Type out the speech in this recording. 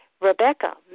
Rebecca